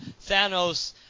Thanos